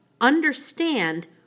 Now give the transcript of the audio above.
understand